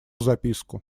записку